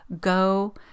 Go